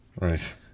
right